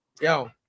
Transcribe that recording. yo